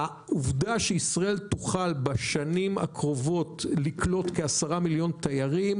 העובדה שישראל תוכל בשנים הקרובות לקלוט כעשרה מיליון תיירים,